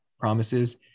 promises